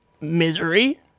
Misery